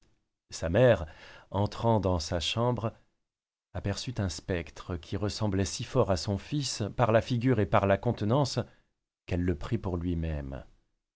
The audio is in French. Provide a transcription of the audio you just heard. sa mère entrant dans sa chambre aperçut un spectre qui ressemblait si fort à son fils par la figure et par la contenance qu'elle le prit pour lui-même